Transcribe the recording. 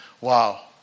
Wow